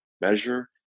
measure